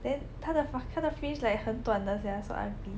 then 她的她的 fringe like 很短的 sia so ugly